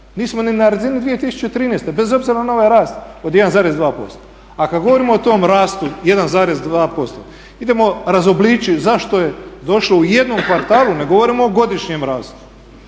nismo ni na razini 2013. bez obzira na ovaj rast od 1,2%. A kad govorimo o tom rastu 1,2% idemo razobličiti zašto je došlo u jednom kvartalu, ne govorimo o godišnjem rastu.